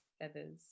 feathers